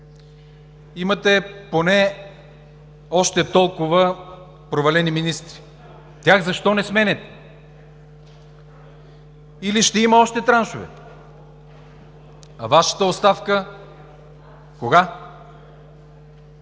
Имате поне още толкова провалени министри. Тях защо не сменяте? Или ще има още траншове? А Вашата оставка – кога?!